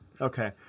Okay